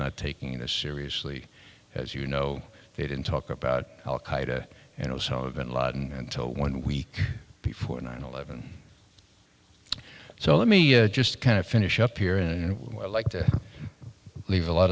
not taking it as seriously as you know they didn't talk about al qaeda and osama bin laden until one week before nine eleven so let me just kind of finish up here and what i like to leave a lot